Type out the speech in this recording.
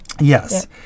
Yes